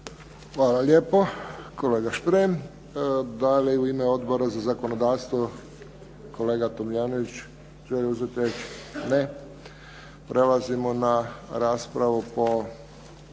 Hvala lijepo kolega Šprem. Dalje u ime Odbora za zakonodavstvo, kolega Tomljanović želi uzeti riječ? Ne. Prelazimo na raspravu po